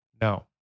No